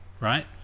Right